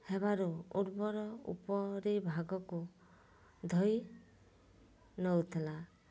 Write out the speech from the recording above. ହେବାରୁ ଉର୍ବର ଉପରେ ଭାଗକୁ ଧୋଇ ନେଉଥିଲା